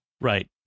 Right